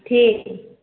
ठीक है